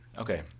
Okay